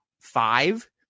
five